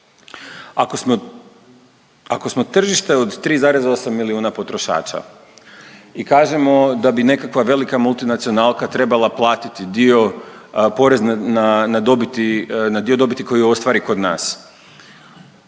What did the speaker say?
ako smo tržište od 3,8 milijuna potrošača i kažemo da bi nekakva velika multinacionalka trebala platiti dio poreza na dobiti, na dio dobiti koji ostvari kod nas.